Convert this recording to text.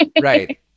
Right